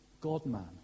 God-man